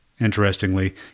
interestingly